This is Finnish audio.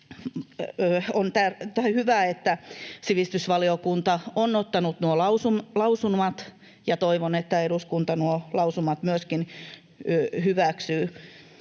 On hyvä, että sivistysvaliokunta on ottanut nuo lausumat, ja toivon, että eduskunta nuo lausumat myöskin hyväksyy.